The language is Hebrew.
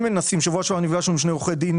בשבוע שעבר נפגשנו עם שני עורכי דין,